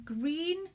green